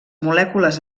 molècules